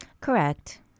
Correct